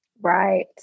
Right